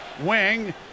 wing